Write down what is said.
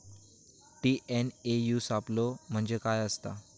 TNAU सापलो म्हणजे काय असतां?